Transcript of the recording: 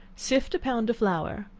sift a pound of flour,